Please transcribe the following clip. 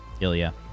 Ilya